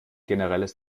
generelles